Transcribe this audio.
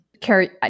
Carrie